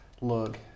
look